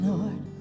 Lord